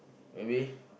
maybe